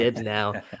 now